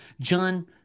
John